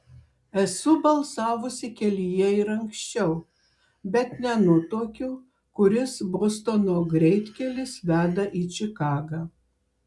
esu balsavusi kelyje ir anksčiau bet nenutuokiu kuris bostono greitkelis veda į čikagą